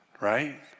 Right